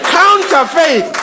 counterfeit